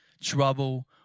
trouble